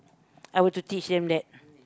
I would to teach them that